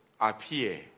appear